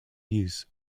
use